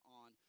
on